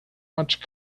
much